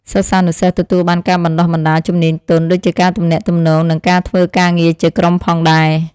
សិស្សានុសិស្សទទួលបានការបណ្តុះបណ្តាលជំនាញទន់ដូចជាការទំនាក់ទំនងនិងការធ្វើការងារជាក្រុមផងដែរ។